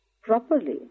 properly